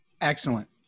Excellent